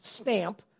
stamp